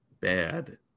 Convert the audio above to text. bad